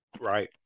Right